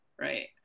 right